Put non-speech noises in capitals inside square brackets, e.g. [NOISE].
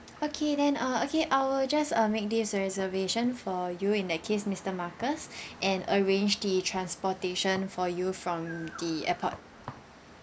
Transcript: okay then uh okay I'll just uh make this reservation for you in that case mister marcus [BREATH] and arrange the transportation for you from the airport